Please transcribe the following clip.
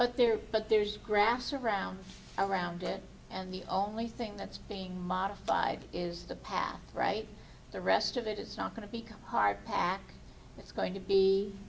but they're but there's grass around around it and the only thing that's being modified is the path right the rest of it it's not going to become hard that it's going to be